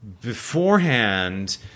Beforehand